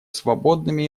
свободными